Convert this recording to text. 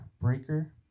Breaker